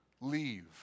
leave